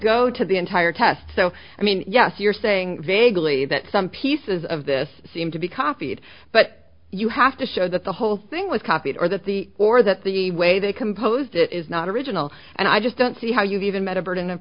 go to the entire test so i mean yes you're saying vaguely that some pieces of this seem to be copied but you have to show that the whole thing was copied or that the or that the way they composed it is not original and i just don't see how you've even met a burden of